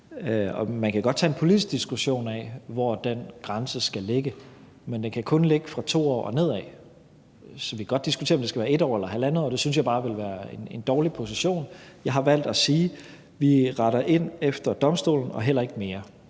Man kan godt tage en politisk diskussion af, hvor den grænse skal ligge, men den kan kun ligge fra 2 år og nedad. Så vi kan godt diskutere, om det skal være 1 år eller 1½ år; det synes jeg bare ville være en dårlig position. Jeg har valgt at sige, at vi retter ind efter domstolen og heller ikke mere.